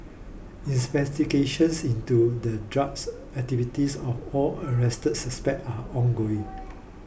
investigations into the drugs activities of all arrested suspects are ongoing